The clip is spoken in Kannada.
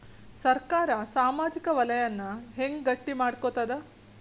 ಸರ್ಕಾರಾ ಸಾಮಾಜಿಕ ವಲಯನ್ನ ಹೆಂಗ್ ಗಟ್ಟಿ ಮಾಡ್ಕೋತದ?